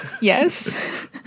Yes